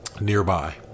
nearby